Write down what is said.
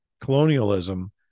colonialism